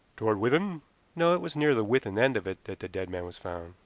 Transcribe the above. toward withan? no it was near the withan end of it that the dead man was found.